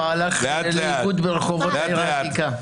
הוא הלך לאיבוד ברחובות העיר העתיקה.